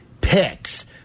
picks